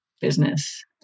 business